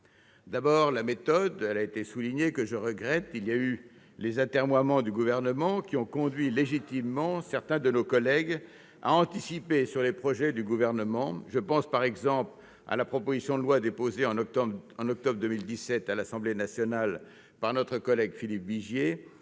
sur la méthode, que je regrette. Les atermoiements du Gouvernement ont conduit légitimement certains de mes collègues à anticiper sur les projets gouvernementaux. Je pense, par exemple, à la proposition de loi déposée en octobre 2017 à l'Assemblée nationale par notre collègue Philippe Vigier